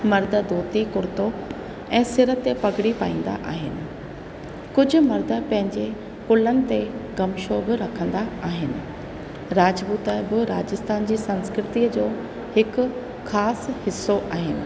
मर्द धोती कुर्तो ऐं सिर ते पॻिड़ी पाईंदा आहिनि कुझु मर्द पंहिंजे कुलनि ते गमिछो बि रखंदा आहिनि राजपूत बि राजस्थान जी संस्कृतिअ जो हिकु ख़ासि हिसो आहिनि